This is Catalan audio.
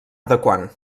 adequant